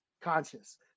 conscious